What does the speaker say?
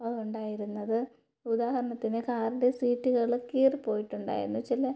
അത് ഉണ്ടായിരുന്നത് ഉദാഹരണത്തിന് കാറിൻ്റെ സീറ്റുകള് കീറി പോയിട്ടുണ്ടായിരുന്നു ചില